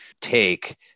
take